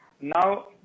Now